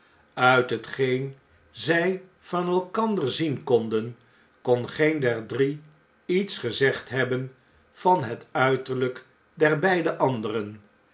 uit hetgeen zij van elkander zien konden kon geen der drie iets gezegd hebben van het uiterljjk der beide anderen